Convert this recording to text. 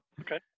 okay